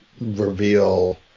reveal